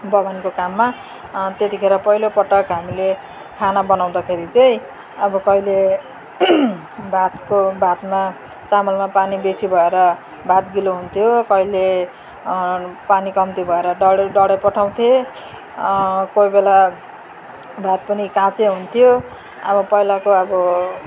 बगानको काममा त्यतिखेर पहिलोपटक हामीले खाना बनाउँदाखेरि चाहिँ अब कहिले भातको भातमा चामलमा पानी बेसी भएर भात गिलो हुन्थ्यो कहिले पानी कम्ती भएर डढे डढाइ पठाउँथ्ये कोही बेला भात पनि काँचै हुँन्थ्यो अब पहिलाको अब